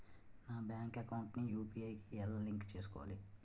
నా bank account ని UPI కి ఎలా లింక్ చేసుకోవాలి?